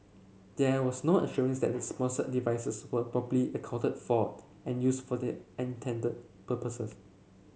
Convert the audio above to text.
there was no assurance that the sponsored devices were properly accounted for and used for the intended purposes